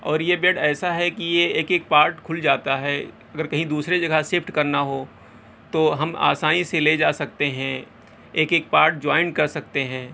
اور یہ بیڈ ایسا ہے کہ یہ ایک ایک پارٹ کھل جاتا ہے اگر کہیں دوسرے جگہ سفٹ کرنا ہو تو ہم آسانی سے لے جا سکتے ہیں ایک ایک پارٹ جوائن کر سکتے ہیں